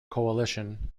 coalition